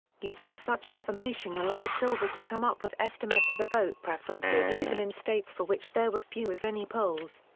using such information allowed silver to come up with estimates of the vote preferences even in states for which there were few if any polls.